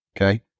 Okay